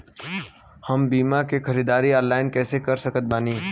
हम बीया के ख़रीदारी ऑनलाइन कैसे कर सकत बानी?